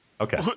Okay